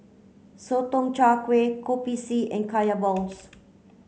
Sotong Char Kway Kopi C and Kaya Born's